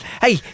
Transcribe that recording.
Hey